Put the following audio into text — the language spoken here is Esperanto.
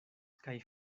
kaj